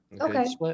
Okay